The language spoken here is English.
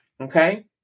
Okay